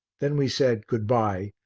then we said good-bye,